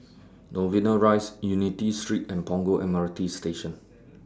Novena Rise Unity Street and Punggol M R T Station